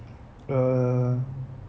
a